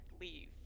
leave